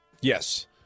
Yes